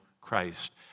Christ